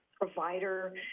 provider